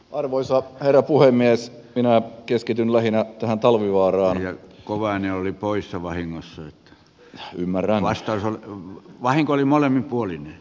arvoisa herra puhemies pinnat keskityn lähinnä mietintöön ja kouluaine oli poissa vahingossa nyt he ymmärrä jätän valiokunnan mietinnön täysistunnon arvioitavaksi